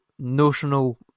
Notional